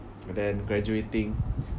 and then graduating